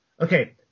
okay